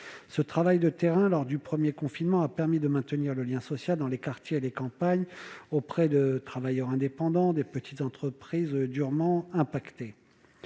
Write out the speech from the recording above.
Ce travail de terrain lors du premier confinement a permis de maintenir le lien social dans les quartiers, les campagnes, auprès de travailleurs indépendants et des petites entreprises durement impactés.